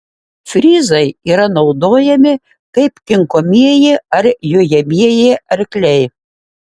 fryzai yra naudojami kaip kinkomieji ar jojamieji arkliai